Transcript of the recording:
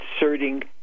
inserting